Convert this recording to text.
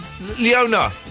Leona